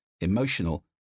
emotional